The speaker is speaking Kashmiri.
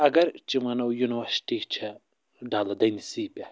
اگر چہٕ وَنو یونیورسٹی چھےٚ ڈلہٕ دٔنٛدِسٕے پٮ۪ٹھ